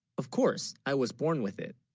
of course i was, born with it